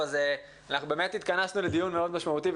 התכנסנו לדיון משמעותי מאוד,